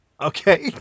Okay